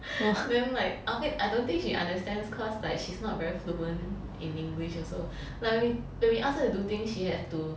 then like okay I don't think she understands cause like she's not very fluent in english also like when we when we ask her to do things she have to